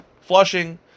Flushing